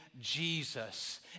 Jesus